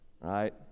right